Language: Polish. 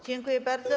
Dziękuję bardzo.